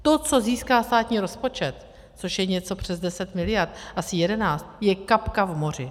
To, co získá státní rozpočet, což je něco přes 10 miliard, asi 11, je kapka v moři.